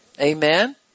Amen